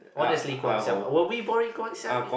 honestly Guang-Xiang were we boring Guang-Xiang